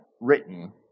written